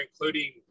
including